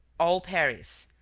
all paris,